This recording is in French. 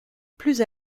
plus